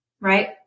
Right